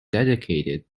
dedicated